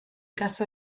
caso